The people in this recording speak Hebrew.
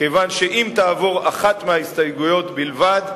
כיוון שאם תעבור אחת מההסתייגויות בלבד,